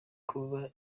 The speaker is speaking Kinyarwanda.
kuba